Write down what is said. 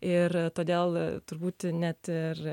ir todėl turbūt net ir